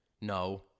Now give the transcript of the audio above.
No